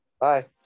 bye